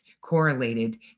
correlated